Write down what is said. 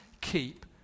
keep